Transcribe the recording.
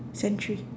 century